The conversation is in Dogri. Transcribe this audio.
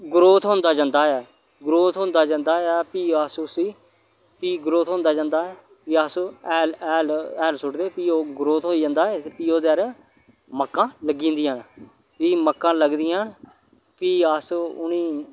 ग्रोथ होंदा जन्दा ऐ ग्रोथ होंदा जन्दा ऐ भई अस उसी भी ग्रोथ होंदा जन्दा ऐ भी अस हैल हैल सुट्टदे भी ओह् ग्रोथ होई जन्दा ऐ भी ओह्दे 'र मक्कां लग्गी जंदियां न भी मक्कां लगदियां न भी अस उ'नें गी